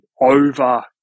over